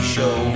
Show